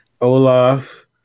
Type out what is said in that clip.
Olaf